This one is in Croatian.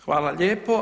Hvala lijepo.